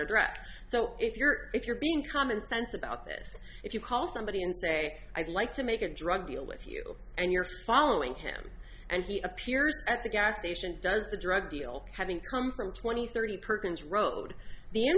address so if you're if you're being commonsense about this if you call somebody and say i'd like to make a drug deal with you and you're following him and he appears at the gas station does the drug deal having come from twenty thirty